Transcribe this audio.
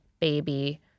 baby